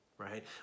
Right